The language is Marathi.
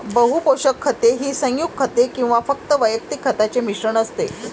बहु पोषक खते ही संयुग खते किंवा फक्त वैयक्तिक खतांचे मिश्रण असते